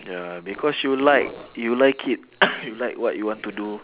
ya because you like you like it you like what you want to do